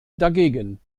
dagegen